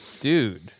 Dude